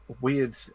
weird